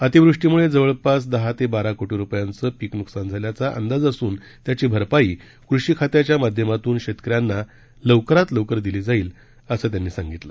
अतिवृष्टीम्ळे जवळपास दहा ते बारा कोटी रुपयांच पीक न्कसान झाल्याचा अंदाज अस्न त्याची भरपाई कृषी खात्याच्या माध्यमात्न शेतकऱ्यांना लवकरात लवकर दिली जाईल असं यावेळी कदम यांनी सांगितलं